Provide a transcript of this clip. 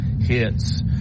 hits